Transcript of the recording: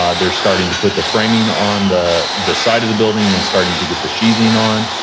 um they're starting to put the framing on the the side of the building and starting to get the sheeting on.